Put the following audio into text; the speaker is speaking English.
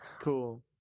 cool